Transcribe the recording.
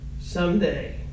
someday